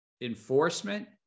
enforcement